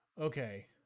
Okay